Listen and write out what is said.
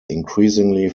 increasingly